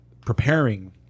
preparing